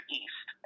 east